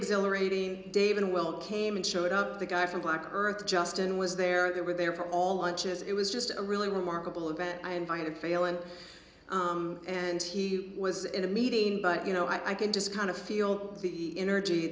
exhilarating dave and we'll came and showed up the guy from black earth justin was there they were there for all inches it was just a really remarkable event i invited failon and he was in a meeting but you know i can just kind of feel the energy